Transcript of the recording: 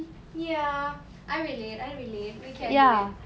ya I relate I relate we can do it